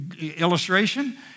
Illustration